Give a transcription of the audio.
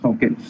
Okay